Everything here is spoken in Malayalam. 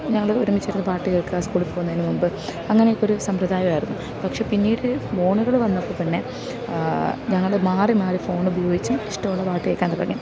ഞങ്ങൾ ഒരുമിച്ചിരുന്ന് പാട്ടു കേൾക്കാം സ്കൂളിൽ പോകുന്നതിനു മുമ്പ് അങ്ങനെയൊക്കെ ഒരു സമ്പ്രദായം ആയിരുന്നു പക്ഷെ പിന്നീട് ഫോണുകൾ വന്നപ്പം പിന്നെ ഞങ്ങൾ മാറി മാറി ഫോൺ ഉപയോഗിച്ചും ഇഷ്ടമുള്ള പാട്ടു കേൾക്കാൻ തുടങ്ങി